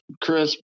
chris